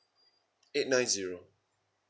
eight nine zero